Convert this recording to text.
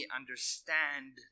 understand